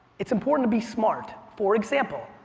it's important to be smart. for example,